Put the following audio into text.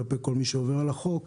כלפי כל מי שעובר על החוק,